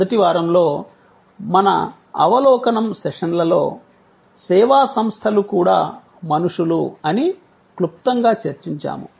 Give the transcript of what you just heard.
మొదటి వారంలో మన అవలోకనం సెషన్లలో సేవా సంస్థలు కూడా మనుషులు అని క్లుప్తంగా చర్చించాము